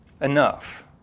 enough